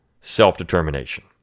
self-determination